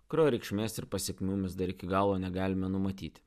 kurio reikšmės ir pasekmių mes dar iki galo negalime numatyti